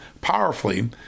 powerfully